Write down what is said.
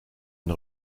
une